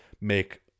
make